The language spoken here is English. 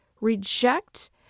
reject